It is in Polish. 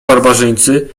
barbarzyńcy